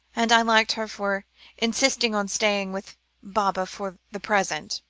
and i liked her for insisting on staying with baba for the present,